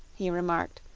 he remarked,